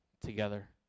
together